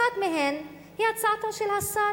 אחת מהן היא הצעתו של השר